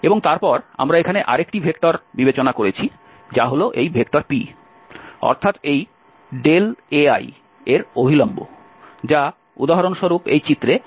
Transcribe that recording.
এবং তারপর আমরা এখানে আরেকটি ভেক্টর বিবেচনা করেছি যা হল এই p অর্থাৎ এই Aiএর অভিলম্ব যা উদাহরণস্বরূপ এই চিত্রে x z সমতলে রয়েছে